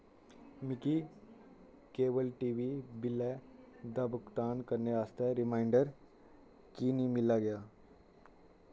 मिगी cable TV बिल्लै दा भुगतान करने आस्तै रिमाइंडर की नेईं मिला गेआ